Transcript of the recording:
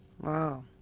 Wow